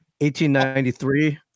1893